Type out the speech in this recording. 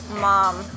mom